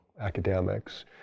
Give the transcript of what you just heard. academics